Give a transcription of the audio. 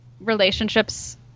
relationships